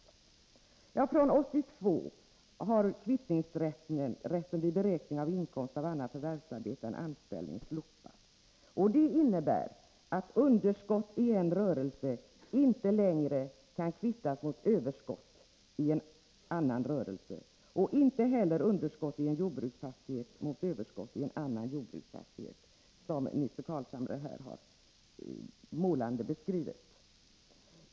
Från 1982 har kvittningsrätten vid beräkning av inkomst av annat förvärvsarbete än anställning slopats. Det innebär att underskott i en rörelse inte längre kan kvittas mot överskott i en annan rörelse och inte heller underskott i en jordbruksfastighet mot överskott i en annan jordbruksfastighet. Nils Carlshamre gjorde här en målande beskrivning av detta.